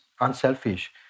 unselfish